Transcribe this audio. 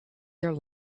their